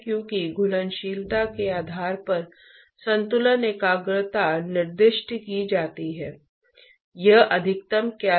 इसलिए वे कई अलग अलग तरल पदार्थों को उबालने या गर्म करने के लिए भाप का उपयोग करते हैं